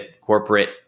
corporate